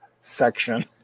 section